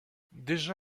déjà